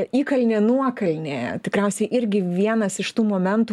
įkalnė nuokalnė tikriausiai irgi vienas iš tų momentų kuris